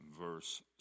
verse